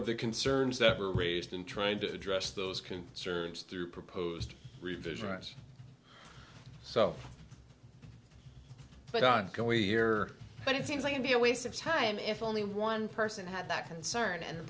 of the concerns that were raised in trying to address those concerns through proposed revision right so but on the way here but it seems like to be a waste of time if only one person had that concern and